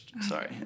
Sorry